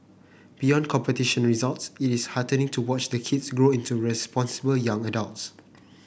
beyond competition results it is heartening to watch the kids grow into responsible young adults